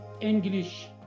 English